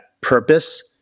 purpose